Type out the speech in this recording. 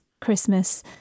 Christmas